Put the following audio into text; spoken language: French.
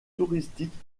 touristique